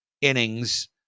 innings